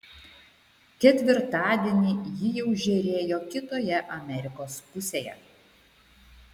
ketvirtadienį ji jau žėrėjo kitoje amerikos pusėje